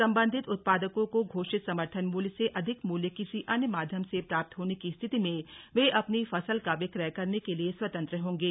संबंधित उत्पादकों को घोषित समर्थन मूल्य से अधिक मूल्य किसी अन्य माध्यम से प्राप्त होने की स्थिति में वे अपनी फसल का विक्रय करने के लिए स्वतंत्र होंगे